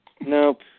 Nope